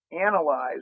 analyze